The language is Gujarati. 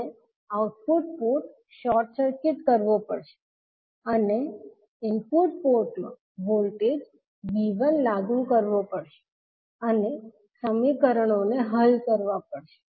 આપણે આઉટપુટ પોર્ટ શોર્ટ સર્કિટ કરવો પડશે અને પડશે ઇનપુટ પોર્ટમાં વોલ્ટેજ 𝐕1 લાગુ કરવો પડશે અને સમીકરણો હલ કરવા પડશે